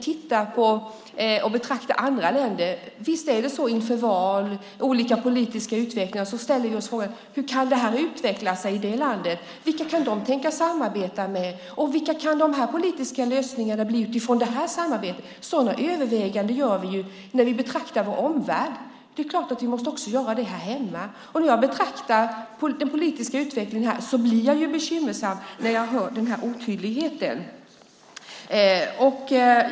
Visst är det så att vi inför val och politiska utvecklingar i andra länder frågar oss hur det kan utveckla sig i det landet. Vilka kan de tänkas samarbeta med? Vilka kan de politiska lösningarna bli utifrån det samarbetet? Sådana överväganden gör vi ju när vi betraktar vår omvärld, så det är klart att vi måste göra det även här hemma. När jag betraktar den politiska utvecklingen här blir jag bekymrad när jag hör den här otydligheten.